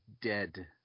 Dead